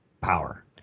power